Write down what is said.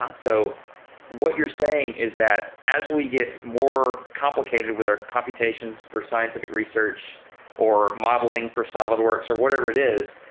ah so what you're saying is that as we get more complicated with our computations for scientific research or modeling for solidworks or whatever it is,